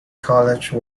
college